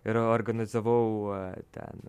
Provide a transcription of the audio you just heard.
ir organizavau ten